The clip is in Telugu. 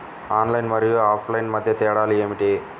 ఆన్లైన్ మరియు ఆఫ్లైన్ మధ్య తేడా ఏమిటీ?